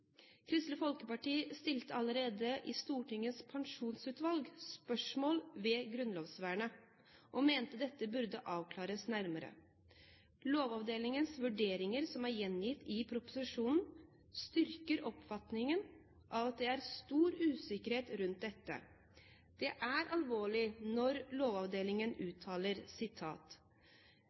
Kristelig Folkeparti stilte allerede i Stortingets pensjonsutvalg spørsmål ved grunnlovsvernet og mente at dette burde avklares nærmere. Lovavdelingens vurderinger, som er gjengitt i proposisjonen, styrker oppfatningen av at det er stor usikkerhet rundt dette. Det er alvorlig når Lovavdelingen uttaler: